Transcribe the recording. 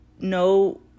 no